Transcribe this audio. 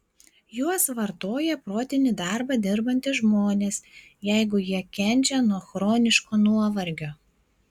juos vartoja protinį darbą dirbantys žmonės jeigu jie kenčia nuo chroniško nuovargio